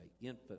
infant